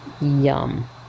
Yum